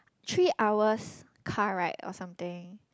three hours car ride or something